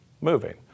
moving